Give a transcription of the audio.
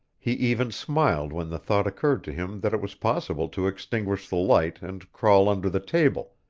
he even smiled when the thought occurred to him that it was possible to extinguish the light and crawl under the table,